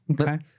okay